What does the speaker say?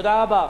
תודה רבה.